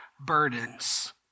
burdens